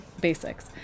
basics